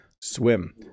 Swim